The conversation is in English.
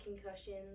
concussions